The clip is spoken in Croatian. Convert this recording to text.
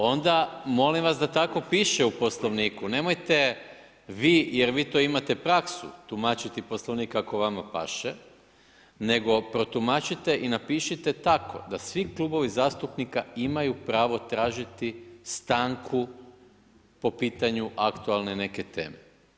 Onda molim vas da tako piše u Poslovniku, jer vi to imate praksu tumačiti Poslovnik kako vama paše, nego protumačite i napišite tako da svi klubovi zastupnika imaju pravo tražiti stanku po pitanju aktualne neke teme.